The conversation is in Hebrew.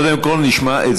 אדוני.